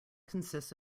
consists